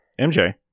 MJ